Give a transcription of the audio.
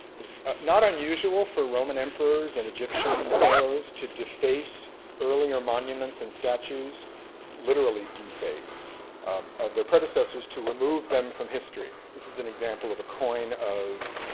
ah not unusual for roman emperors and egyptian pharoahs to deface earlier monuments and statues literally deface of their predecessors to remove them from history. this is and example of a coin of,